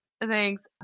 Thanks